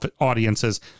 audiences